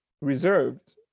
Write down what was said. reserved